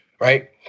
Right